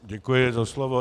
Děkuji za slovo.